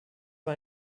war